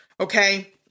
okay